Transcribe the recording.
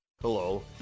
Hello